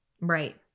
Right